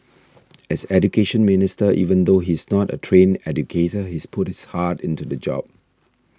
as Education Minister even though he is not a trained educator he's put his heart into the job